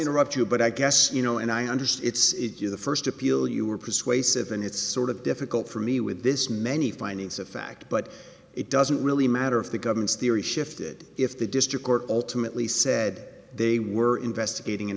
interrupt you but i guess you know and i understood it's you the first appeal you were persuasive and it's sort of difficult for me with this many findings of fact but it doesn't really matter if the government's theory shifted if the district court ultimately said they were investigating